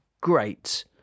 great